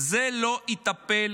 זה לא יטפל